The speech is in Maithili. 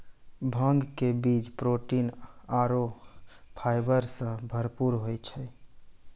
भांग के बीज प्रोटीन आरो फाइबर सॅ भरपूर होय छै